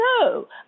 No